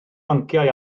bynciau